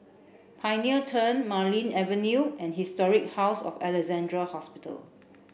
Pioneer Turn Marlene Avenue and Historic House of Alexandra Hospital